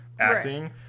acting